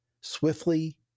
swiftly